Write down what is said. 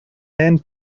hand